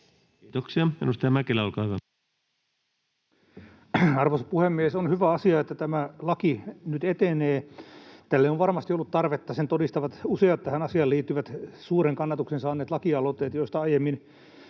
Arvoisa puhemies! On hyvä asia, että tämä laki nyt etenee. Tälle on varmasti ollut tarvetta. Sen todistavat useat tähän asiaan liittyvät suuren kannatuksen saaneet lakialoitteet, joista aiemmin